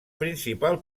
principal